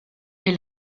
est